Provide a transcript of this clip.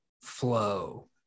flow